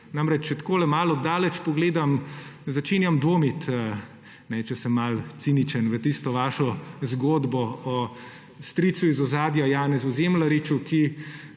SDS? Če tako malo od daleč pogledam, začenjam dvomiti, če sem malo ciničen, v tisto vašo zgodbo o stricu iz ozadja Janezu Zemljariču, ki